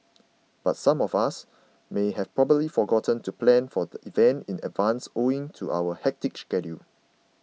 but some of us may have probably forgotten to plan for the event in advance owing to our hectic schedule